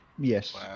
Yes